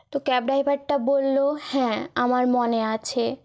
তো ক্যাব ড্রাইভারটা বললো হ্যাঁ আমার মনে আছে